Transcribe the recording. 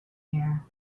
here